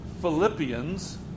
Philippians